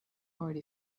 already